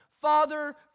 Father